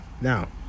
Now